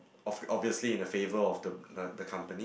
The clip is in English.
of~ obviously in the favour of the the company